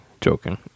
joking